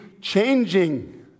changing